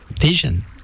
vision